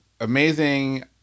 amazing